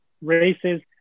races